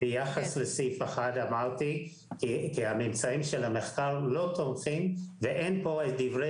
ביחס לסעיף אחד אמרתי שהממצאים של המחקר לא תומכים ואין פה דברי